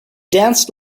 danced